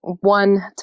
One